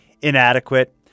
inadequate